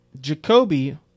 Jacoby